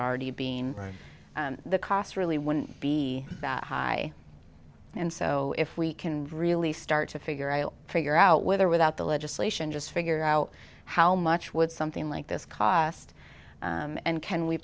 already being the cost really wouldn't be that high and so if we can really start to figure i'll figure out with or without the legislation just figure out how much would something like this cost and can we